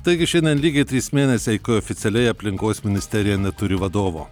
taigi išeina lygiai trys mėnesiai kai oficialiai aplinkos ministerija neturi vadovo